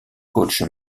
coach